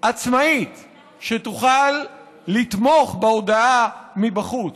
עצמאית שתוכל לתמוך בהודאה מבחוץ.